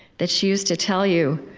that she used to tell you,